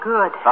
Good